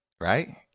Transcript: Right